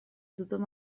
tothom